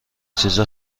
چیز